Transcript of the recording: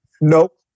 Nope